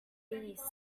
beasts